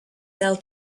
sell